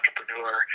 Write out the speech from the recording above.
entrepreneur